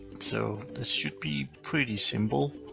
so this should be pretty simple.